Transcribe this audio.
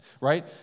right